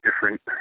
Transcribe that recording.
different